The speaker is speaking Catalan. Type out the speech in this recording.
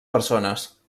persones